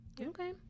Okay